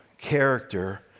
character